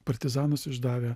partizanus išdavę